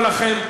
כידוע לכם,